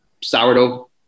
sourdough